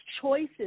choices